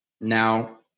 Now